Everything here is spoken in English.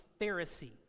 Pharisee